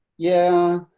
yeah,